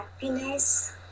Happiness